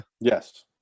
Yes